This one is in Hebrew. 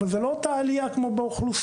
אבל זה לא אותה עלייה כמו באוכלוסייה.